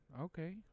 Okay